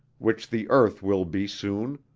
which the earth will be soon.